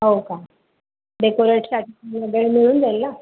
हो का डेकोरेटसाठी मोबाईल मिळून जाईल ना